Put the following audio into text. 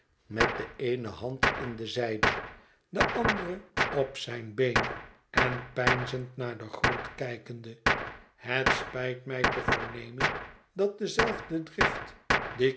met de eene hand in de zijde de andere op zijn been en peinzend naar den grond kijkende het spijt mij te vernemen dat dezelfde